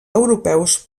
europeus